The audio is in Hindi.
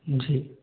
जी